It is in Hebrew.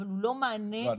אבל הוא לא מענה --- לא,